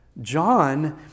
John